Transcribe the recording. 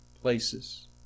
places